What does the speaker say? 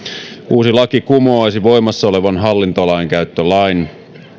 uusi laki kumoaisi voimassa olevan hallintolainkäyttölain